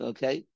Okay